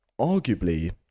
arguably